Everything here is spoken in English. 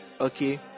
Okay